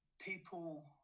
people